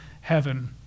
heaven